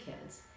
kids